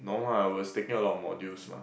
no lah I was taking a lot of modules mah